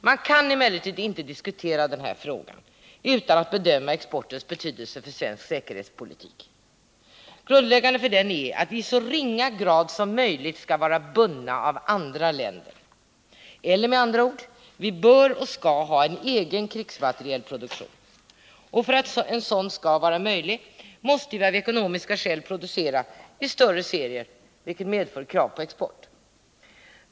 Man kan emellertid inte diskutera den här frågan utan att bedöma exportens betydelse för svensk säkerhetspolitik. Grundläggande för denna är att vi i så ringa grad som möjligt skall vara bundna av andra länder. Eller med andra ord: Vi bör och skall ha en egen krigsmaterielproduktion. För att en sådan skall vara möjlig måste vi av ekonomiska skäl producera i större serier, vilket medför krav på export.